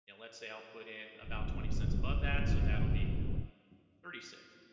and let's say i'll put in about twenty cents above that so that'll be thirty six